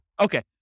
Okay